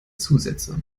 zusätze